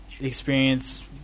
experience